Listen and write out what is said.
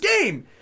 game